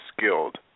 skilled